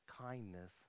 kindness